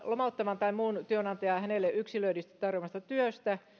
lomauttavan tai muun työnantajan hänelle yksilöidysti tarjoamasta työstä